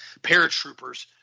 paratroopers